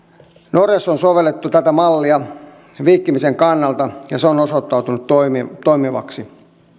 norjassa on sovellettu tätä mallia vihkimisen kannalta ja se on osoittautunut toimivaksi toimivaksi